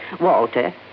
Walter